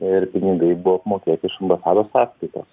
ir pinigai buvo apmokėti iš ambasados sąskaitos